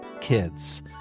kids